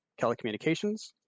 telecommunications